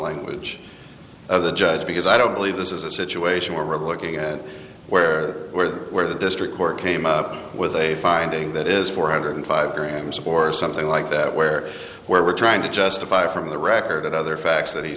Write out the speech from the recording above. language of the judge because i don't believe this is a situation where we're looking at where where the where the district court came up with a finding that is four hundred five grams or something like that where we're trying to justify from the record and other facts that he